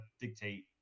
dictate